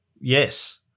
yes